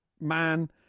man